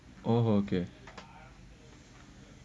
oh okay